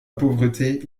pauvreté